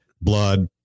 blood